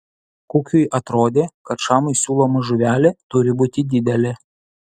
kukiui atrodė kad šamui siūloma žuvelė turi būti didelė